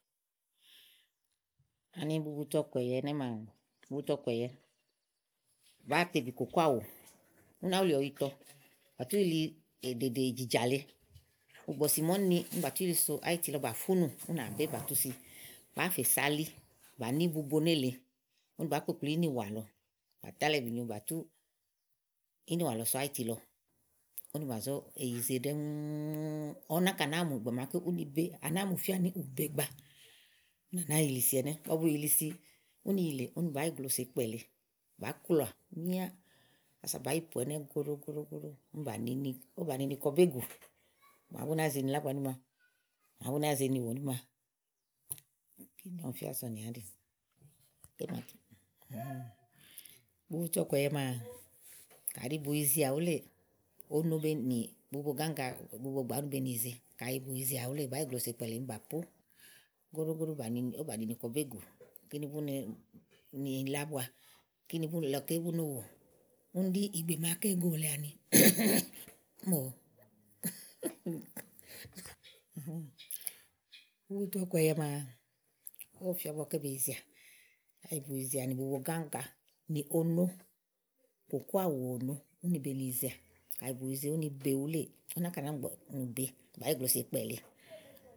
Ani bubutu ɔ̀kùɛ̀yɛ ɛnɛ́ maa, bubutu ɔ̀kùɛ̀yɛ, bàáa te bì kòklóò àwù, únàá wulì ɔyitɔ, bàtú yíli è. ɖèɖè ìjìjà lèe bɔ̀sì màa úni ni bàtu yili so áyiti lɔ bà fúnù ú nà bé bà tú si. bàáa fè se ali bà ní bubo néleè úni bàá kpokplìi ínìwà lɔ bà tálɔ̀ ìbì nyo bà tú ɔwɔ náka nàáa mù ìgbè màaké úni be, à nàáa mù fía ni ù be gbàa. Úni bàáŋì ŋilisi ɛnɛ́. Ígbɔ bu ŋìyilisi úni yilè úni bàá yì glòo so ikpɛ lèe bàá kloòà míá ása bàá yi pòo ɛnɛ́ góɖó góɖó góɖó úni bà nini, úni bà nini kɔ bégù. màa bú náa ze ni yila ábua nímá, màa bu nàa ze ni wò nímà. Kíni ɔmifiá sònià áɖì bubutu ɔ̀kùɛ̀yɛ maa, kàɖi bù yizeà wuléè, ono be nì bubo gáŋga, bubo gbà úni be nì yize kaɖi bù yizeà wuléè uni bà yiglòo so ikpɛ lèe úni bà pó góɖó góɖó góɖó úni bà nini úni bà nini kɔ bégù. Kíni bú ne ni yila ábua, kíni lɔ ké bú nowò. úni ɖí ìgbè màaké go lèe àni. bubutu ɔ̀kùɛ̀yɛ maa ówo fìía ígbɔké be yize à bèe yizeà nì bubo gáŋga nì ono. Kòkóò àwù òno úni be ni yizeà kayi bù yize wuléè úni be úni bàá yi glòo so ikpɛ lee.